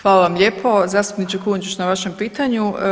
Hvala vam lijepo zastupniče Kujundžić na vašem pitanju.